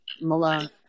Malone